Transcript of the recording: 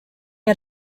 had